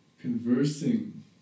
conversing